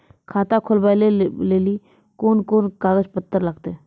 खाता खोलबाबय लेली कोंन कोंन कागज पत्तर लगतै?